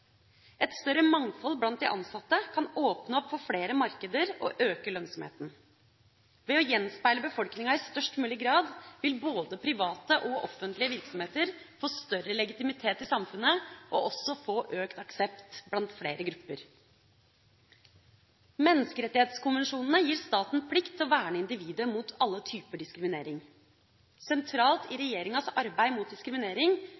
Et større mangfold blant de ansatte kan åpne opp for flere markeder og øke lønnsomheten. Ved å gjenspeile befolkninga i størst mulig grad vil både private og offentlige virksomheter få større legitimitet i samfunnet og også få økt aksept blant flere grupper. Menneskerettighetskonvensjonene gir staten plikt til å verne individet mot alle typer diskriminering. Sentralt i regjeringas arbeid mot diskriminering